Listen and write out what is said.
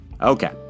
Okay